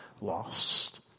lost